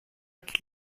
qu’il